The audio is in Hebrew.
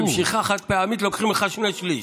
במשיכה חד-פעמית לוקחים לך שני שלישים.